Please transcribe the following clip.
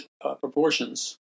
proportions